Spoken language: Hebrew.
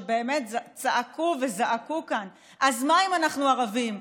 שבאמת צעקו וזעקו כאן: אז מה אם אנחנו ערבים,